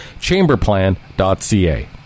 Chamberplan.ca